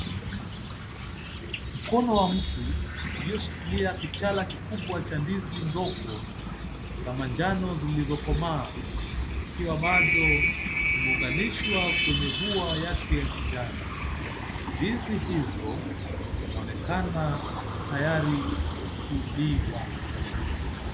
Mkono wa mtu ulioshikilia kichala kikubwa cha ndizi ndogo za manjano zilizokomaa, zikiwa bado zimeunganishwa kwenye bua yake ya kijani . Ndizi hizo zinaonekana tayari kuliwa.